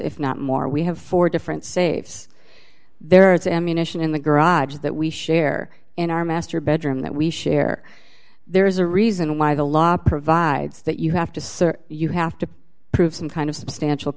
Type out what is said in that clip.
if not more we have four different saves there as ammunition in the garage that we share in our master bedroom that we share there is a reason why the law provides that you have to search you have to prove some kind of substantial